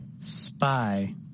spy